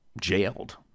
jailed